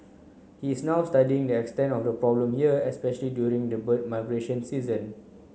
he is now studying the extent of the problem here especially during the bird season